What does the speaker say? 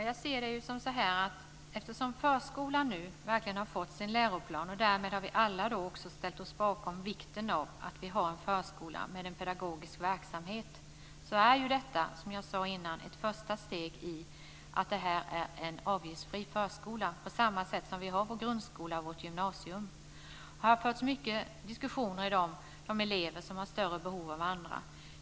Fru talman! Förskolan har nu fått sin läroplan. Därmed har vi alla ställt oss bakom vikten av att ha en förskola med en pedagogisk verksamhet. Som jag sade tidigare är detta ett första steg mot en avgiftsfri förskola på samma sätt som gäller för grundskolan och gymnasieskolan. Det har förts mycket diskussioner i dag om de elever som har större behov än andra.